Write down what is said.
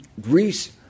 Greece